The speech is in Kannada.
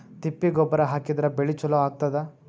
ತಿಪ್ಪಿ ಗೊಬ್ಬರ ಹಾಕಿದ್ರ ಬೆಳಿ ಚಲೋ ಆಗತದ?